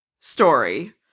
story